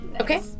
Okay